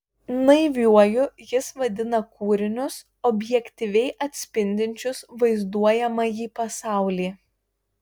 naiviuoju jis vadina kūrinius objektyviai atspindinčius vaizduojamąjį pasaulį